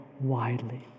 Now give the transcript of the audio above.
widely